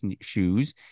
shoes